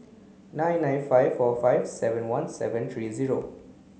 nine nine five four five seven one seven three zero